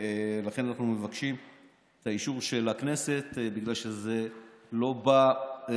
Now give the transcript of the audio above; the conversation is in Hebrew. אנחנו מבקשים את האישור של הכנסת בגלל שזה לא בא,